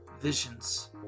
Visions